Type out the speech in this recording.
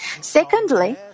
Secondly